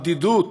הבדידות,